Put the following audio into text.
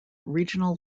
regional